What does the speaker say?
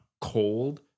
cold